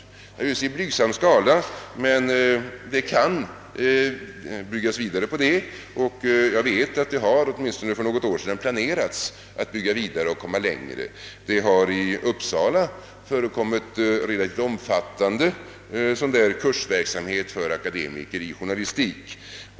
Utbildningen har bedrivits i blygsam skala, men man kan bygga vidare på denna väg, och jag vet att det för något år sedan planerades att man skulle gå längre. Det har i Uppsala förekommit en relativt omfattande kursverksamhet för akademiker avseende journalistik.